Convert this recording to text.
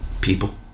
people